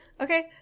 Okay